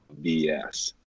BS